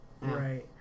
Right